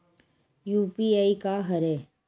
UPI का हरय?